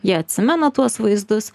jie atsimena tuos vaizdus